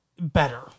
better